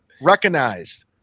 recognized